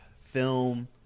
film